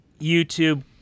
YouTube